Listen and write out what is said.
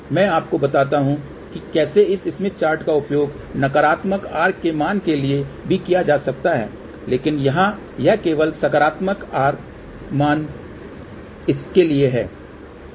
मैं आपको बताता हूँ कि कैसे इस स्मिथ चार्ट का उपयोग नकारात्मक R के मान के लिए भी किया जा सकता है लेकिन यहाँ यह केवल सकारात्मक R मान इसके लिए है